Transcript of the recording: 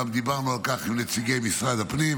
גם דיברנו על כך עם נציגי משרד הפנים,